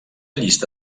llista